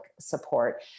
support